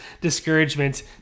discouragement